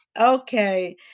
okay